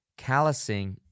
callusing